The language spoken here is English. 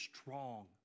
strong